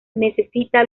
necesita